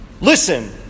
listen